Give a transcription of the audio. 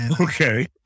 Okay